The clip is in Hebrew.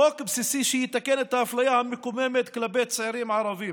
חוק בסיסי שיתקן את האפליה המקוממת נגד צעירים ערבים.